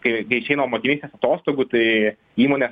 kai išeina motinystės atostogų tai įmonės